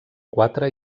quatre